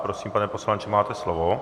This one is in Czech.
Prosím, pane poslanče, máte slovo.